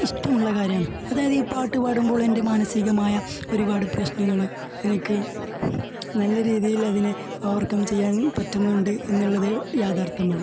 ഇഷ്ടമുള്ള കാര്യമാണ് അതായത് ഈ പാട്ട് പാടുമ്പോള് എന്റെ മാനസികമായ ഒരുപാട് പ്രശ്നങ്ങൾ എനിക്ക് നല്ല രീതിയിൽ അതിനെ ഓവര്കം ചെയ്യാന് പറ്റുന്നുണ്ട് എന്നുള്ളത് യാഥാര്ത്ഥ്യമാണ്